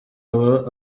aba